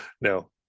no